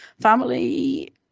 family